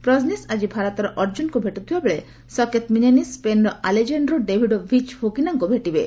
ପ୍ରଜନେସ୍ ଆଜି ଭାରତ ଅର୍ଜ୍ଜୁନଙ୍କୁ ଭେଟୁଥିବା ବେଳେ ସକେତ ମିନେନି ସ୍କେନ୍ର ଆଲେଜାଣ୍ଡ୍ରୋ ଡେଭିଡୋ ଭିଚ୍ ଫୋକିନାଙ୍କୁ ଭେଟିବେ